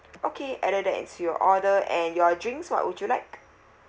okay added that into your order and your drinks what would you like